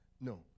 No